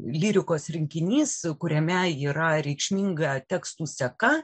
lyrikos rinkinys kuriame yra reikšminga tekstų seka